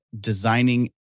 designing